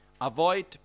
Avoid